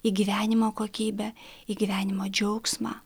į gyvenimo kokybę į gyvenimo džiaugsmą